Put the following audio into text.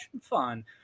fun